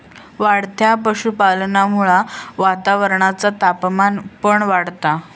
वाढत्या पशुपालनामुळा वातावरणाचा तापमान पण वाढता